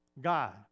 God